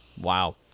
Wow